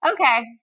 Okay